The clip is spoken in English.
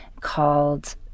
called